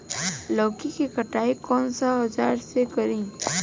लौकी के कटाई कौन सा औजार से करी?